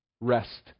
Rest